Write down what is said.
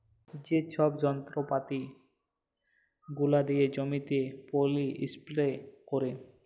যে ছব যল্তরপাতি গুলা দিয়ে জমিতে পলী ইস্পেরে ক্যারে